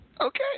Okay